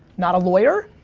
not a lawyer,